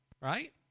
right